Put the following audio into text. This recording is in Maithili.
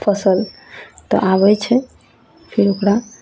फसल तऽ आबय छै फेर ओकरा